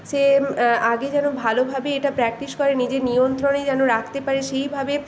সে আগে যেন ভালোভাবে এটা প্র্যাকটিস করে নিজের নিয়ন্ত্রণে যেন রাখতে পারে সেইভাবে